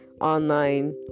online